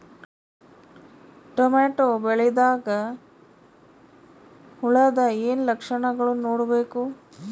Tomato ಬೆಳಿದಾಗ್ ಹುಳದ ಏನ್ ಲಕ್ಷಣಗಳು ನೋಡ್ಬೇಕು?